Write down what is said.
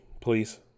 Please